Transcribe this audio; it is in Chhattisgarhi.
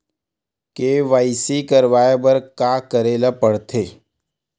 के.वाई.सी करवाय बर का का करे ल पड़थे?